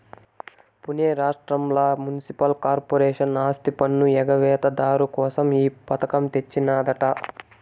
పునే రాష్ట్రంల municipal corporation ఆస్తిపన్ను ఎగవేత దారు కోసం ఈ పథకం తెచ్చినాదట